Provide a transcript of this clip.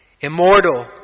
immortal